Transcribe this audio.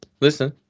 Listen